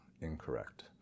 incorrect